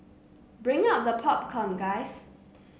bring out the popcorn guys